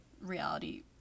reality